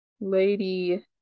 Lady